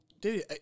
dude